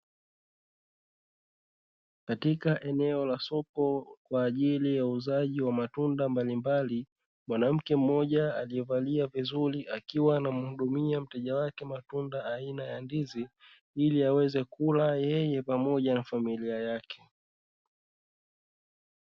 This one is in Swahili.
Katika eneo la soko kwa ajili ya uuzaji wa matunda mbalimbali. Mwanamke mmoja aliyevalia vizuri akiwa anamhudumia mteja wake matunda aina ya ndizi, ili aweze kula yeye pamoja na familia yake.